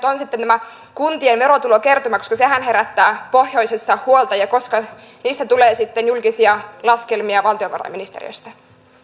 on tämä kuntien verotulokertymä koska sehän herättää pohjoisessa huolta ja koska niistä tulee julkisia laskelmia valtiovarainministeriöstä